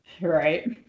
Right